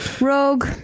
Rogue